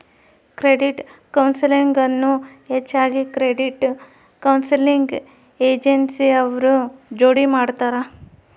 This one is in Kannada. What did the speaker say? ಕ್ರೆಡಿಟ್ ಕೌನ್ಸೆಲಿಂಗ್ ಅನ್ನು ಹೆಚ್ಚಾಗಿ ಕ್ರೆಡಿಟ್ ಕೌನ್ಸೆಲಿಂಗ್ ಏಜೆನ್ಸಿ ಅವ್ರ ಜೋಡಿ ಮಾಡ್ತರ